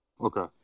Okay